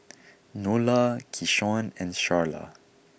Nola Keyshawn and Sharla